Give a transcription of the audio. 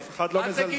אף אחד לא מזלזל.